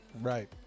Right